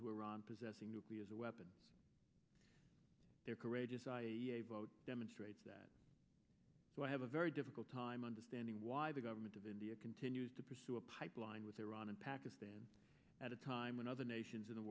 to iran possessing nuclear weapons their courageous i demonstrate that i have a very difficult time understanding why the government of india continues to pursue a pipeline with iran and pakistan at a time when other nations in the